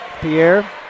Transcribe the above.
Pierre